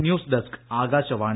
news desk Akashvani